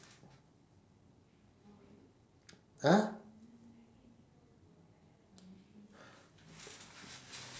!huh!